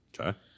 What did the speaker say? Okay